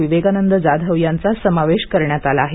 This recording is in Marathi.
विवेकानंद जाधव यांचा समावेश करण्यात आला आहे